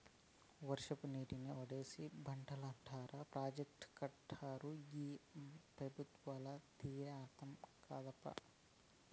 వర్షపు నీటిని ఒడిసి పట్టాలంటారు ప్రాజెక్టులు కట్టరు ఈ పెబుత్వాల తీరే అర్థం కాదప్పా